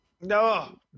No